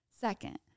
Second